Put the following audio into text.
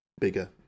bigger